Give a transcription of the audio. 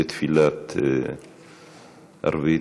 לתפילת ערבית,